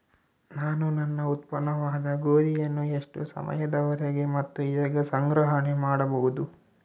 ನಾನು ನನ್ನ ಉತ್ಪನ್ನವಾದ ಗೋಧಿಯನ್ನು ಎಷ್ಟು ಸಮಯದವರೆಗೆ ಮತ್ತು ಹೇಗೆ ಸಂಗ್ರಹಣೆ ಮಾಡಬಹುದು?